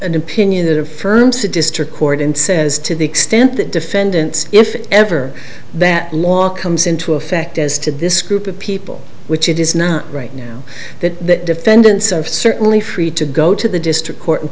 an opinion that affirms to district court and says to the extent that defendants if ever that law comes into effect as to this group of people which it is not right now that defendants of certainly free to go to the district court and